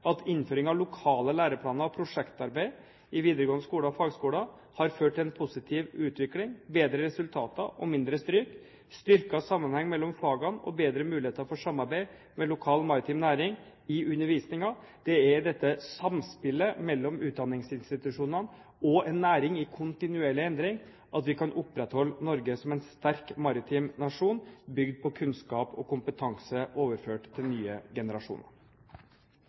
at innføring av lokale læreplaner og prosjektarbeid i videregående skoler og fagskoler har ført til en positiv utvikling: bedre resultater og mindre stryk, styrket sammenheng mellom fagene og bedre muligheter for samarbeid med lokal maritim næring i undervisningen. Det er i dette samspillet mellom utdanningsinstitusjonene og en næring i kontinuerlig endring vi kan opprettholde Norge som en sterk maritim nasjon bygd på kunnskap og kompetanse overført til nye generasjoner.